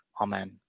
Amen